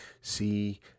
See